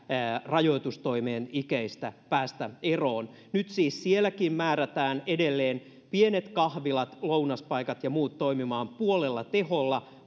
rajoitustoimien ikeistä päästä eroon nyt siis sielläkin määrätään edelleen pienet kahvilat lounaspaikat ja muut toimimaan puolella teholla